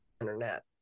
Internet